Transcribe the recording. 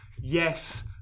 Yes